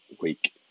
week